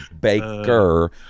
Baker